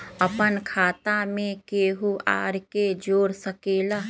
अपन खाता मे केहु आर के जोड़ सके ला?